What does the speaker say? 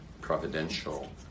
providential